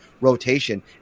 rotation